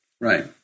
right